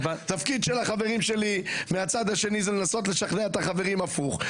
התפקיד של החברים שלי מהצד השני זה לנסות לשכנע את החברים הפוך.